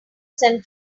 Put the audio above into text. san